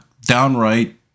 downright